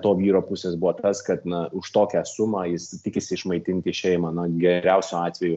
to vyro pusės buvo tas kad na už tokią sumą jis tikisi išmaitinti šeimą na geriausiu atveju